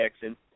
Jackson